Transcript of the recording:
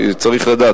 צריך לדעת,